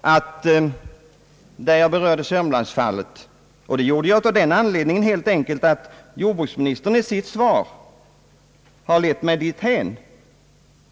Att jag berörde Sörmlands-fallet berodde helt enkelt på att jordbruksministern i sitt svar ledde mig dithän.